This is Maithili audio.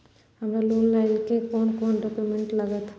हमरा लोन लाइले कोन कोन डॉक्यूमेंट लागत?